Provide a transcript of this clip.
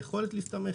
היכולת להסתמך,